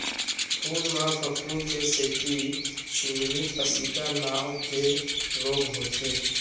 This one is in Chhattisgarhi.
फूल म फफूंद के सेती चूर्निल आसिता नांव के रोग होथे